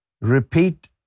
repeat